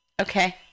Okay